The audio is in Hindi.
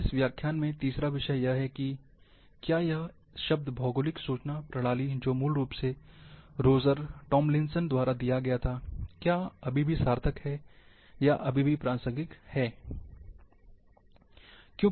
अब इस व्याख्यान में तीसरा विषय यह है कि क्या यह शब्द भौगोलिक सूचना प्रणाली जो मूल रूप से रोजर टॉमलिंसन द्वारा दिया गया था क्या यह अभी भी सार्थक है या अभी भी प्रासंगिक है